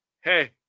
hey